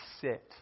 sit